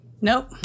nope